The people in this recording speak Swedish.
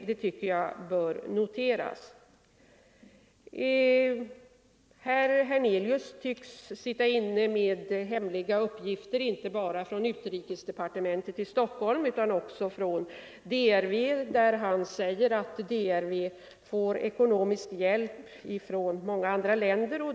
Det bör noteras. Herr Hernelius tycks sitta inne med hemliga uppgifter inte bara från utrikesdepartementet i Stockholm utan även från DRV. Han säger att DRV får ekonomisk hjälp från många andra länder.